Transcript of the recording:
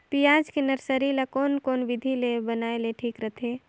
पियाज के नर्सरी ला कोन कोन विधि ले बनाय ले ठीक रथे?